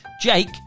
Jake